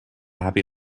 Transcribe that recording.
happy